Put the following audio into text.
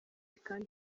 kandi